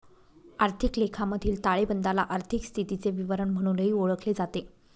आर्थिक लेखामधील ताळेबंदाला आर्थिक स्थितीचे विवरण म्हणूनही ओळखले जाते